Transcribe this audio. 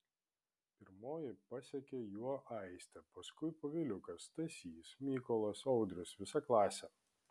pirmoji pasekė juo aistė paskui poviliukas stasys mykolas audrius visa klasė